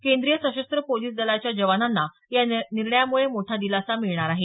केंद्रीय सशस्त्र पोलिस दलाच्या जवानांना या निर्णयामुळे मोठा दिलासा मिळणार आहे